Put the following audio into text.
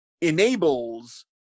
enables